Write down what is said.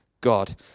God